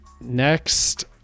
Next